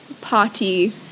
party